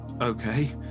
okay